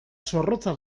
zorrotza